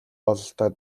бололтой